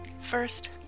First